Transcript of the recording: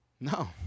No